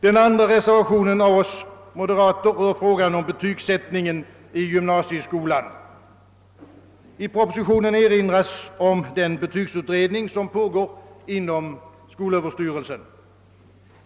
Den andra reservationen av oss moderater rör frågan om betygsättningen i gymnasieskolan. I propositionen erinras om den betygsutredning som pågår inom skolöverstyrelsen.